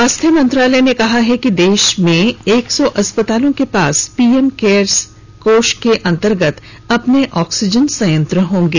स्वास्थ्य मंत्रालय ने कहा है कि देश में एक सौ अस्पतालों के पास पीएम केयर्स कोष के अन्तर्गत अपने ऑक्सीजन संयंत्र होंगे